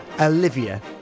Olivia